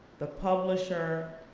the publisher,